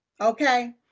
Okay